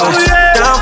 Down